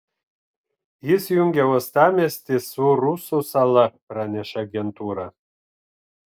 jis jungia uostamiestį su rusų sala praneša agentūra